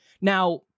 Now